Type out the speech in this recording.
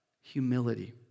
Humility